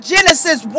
Genesis